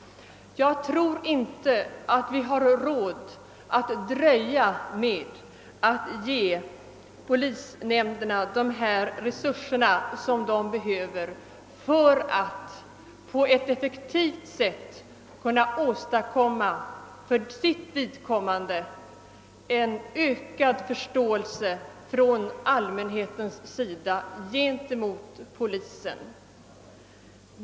Jag tror inte att vi har råd att dröja längre med att ge polisnämnderna de resurser som krävs för att på ett effektivt sätt förbättra arbetsförhållandena och åstadkomma ökad förståelse hos allmänheten för polisens arbete.